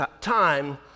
time